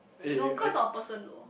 no cause of person though